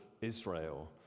Israel